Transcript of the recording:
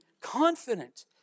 confident